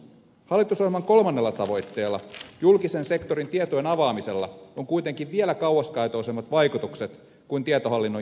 hallitusohjelman kolmannella tavoitteella julkisen sektorin tietojen avaamisella on kuitenkin vielä kauaskantoisemmat vaikutukset kuin tietohallinnon järkeistämisellä